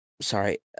sorry